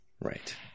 Right